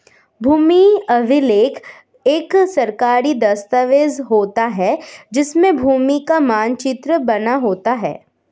भूमि अभिलेख एक सरकारी दस्तावेज होता है जिसमें भूमि का मानचित्र बना होता है